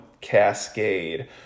Cascade